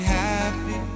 happy